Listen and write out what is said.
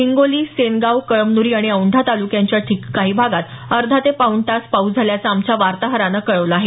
हिंगोली सेनगाव कळमन्री आणि औंढा ताल्क्यांच्या काही भागात अर्धा ते पाऊण तास पाऊस झाल्याचं आमच्या वार्ताहरानं कळवलं आहे